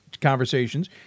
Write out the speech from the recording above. conversations